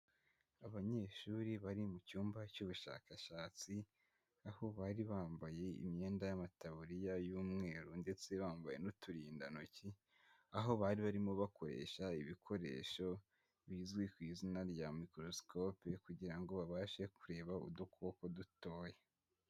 Abanyeshuri bari mu cyumba cy'ubushakashatsi, aho bari bambaye imyenda y'amataburiya y'umweru ndetse bambaye n'uturindantoki, aho bari barimo bakoresha ibikoresho bizwi ku izina rya microscope kugira ngo babashe kureba udukoko dutoya.